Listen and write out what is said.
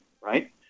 right